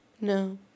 No